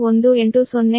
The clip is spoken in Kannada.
11809 K V